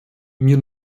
mir